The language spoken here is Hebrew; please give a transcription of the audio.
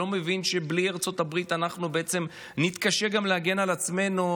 לא מבין שבלי ארצות הברית אנחנו בעצם נתקשה להגן על עצמנו,